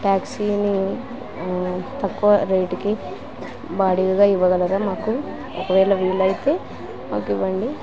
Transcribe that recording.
ట్యాక్సీని తక్కువ రేటుకి బాడిగగా ఇవ్వగలరా మాకు ఒకవేళ వీలయితే మాకు ఇవ్వండి